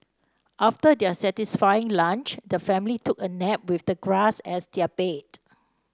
after their satisfying lunch the family took a nap with the grass as their bed